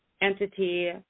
entity